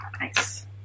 Nice